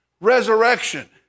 resurrection